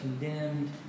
condemned